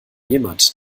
jemand